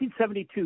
1972